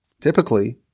Typically